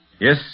Yes